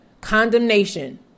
condemnation